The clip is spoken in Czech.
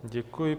Děkuji.